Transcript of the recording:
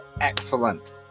excellent